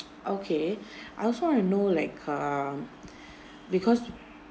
okay I also want to know like err because